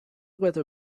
weather